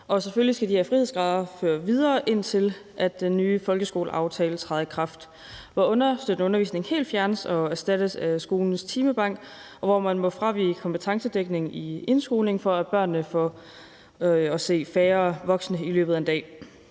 og selvfølgelig skal de her frihedsgrader føres videre, indtil den nye folkeskoleaftale træder i kraft, hvor understøttende undervisning helt fjernes og erstattes af skolens timebank, og hvor man må fravige kompetencedækningen i indskolingen, i forbindelse med at børnene får færre voksne at se i løbet af en dag.